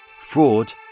fraud